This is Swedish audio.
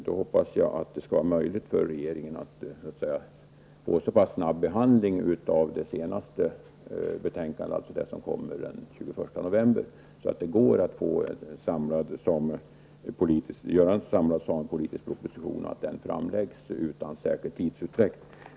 Då hoppas jag att det skall vara möjligt för regeringen att få en så pass snabb behandling av det senaste betänkandet, som alltså kommer den 21 november, att det går att åstadkomma en samlad samepolitisk proposition som framläggs utan särskild tidsutdräkt.